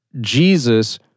Jesus